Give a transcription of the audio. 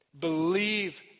Believe